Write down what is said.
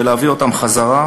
ולהביא אותם חזרה.